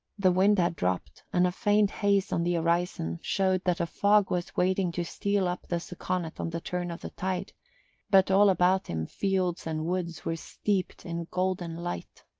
the wind had dropped and a faint haze on the horizon showed that a fog was waiting to steal up the saconnet on the turn of the tide but all about him fields and woods were steeped in golden light.